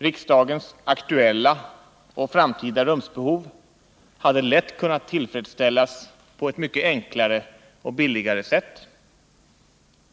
Riksdagens aktuella och framtida rumsbehov hade lätt kunnat tillfredsställas på ett mycket enklare och billigare sätt.